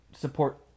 support